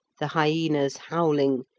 the hyaenas howling,